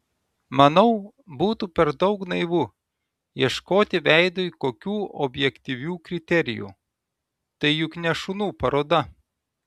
manau būtų per daug naivu ieškoti veidui kokių objektyvių kriterijų tai juk ne šunų paroda